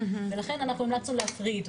ולכן אנחנו המלצנו להפריד,